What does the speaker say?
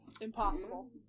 Impossible